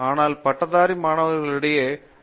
ஆனால் பட்டதாரி மாணவர்களிடையே அது புரிந்துகொள்ளத்தக்கது